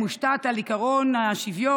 מושתתות על ההכרה בעקרון השוויון,